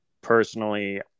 personally